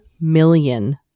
million